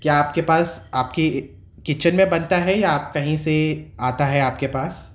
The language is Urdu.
کیا آپ کے پاس آپ کی کچن میں بنتا ہے یا آپ کہیں سے آتا ہے آپ کے پاس